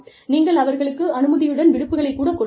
நீங்கள் அவர்களுக்கு அனுமதியுடன் விடுப்புகளைக் கூட கொடுக்கலாம்